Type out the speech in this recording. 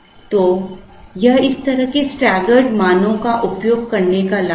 तो यह इस तरह के स्टैगर्ड मानों का उपयोग करने का लाभ है